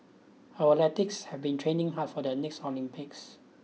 our have been training hard for the next Olympics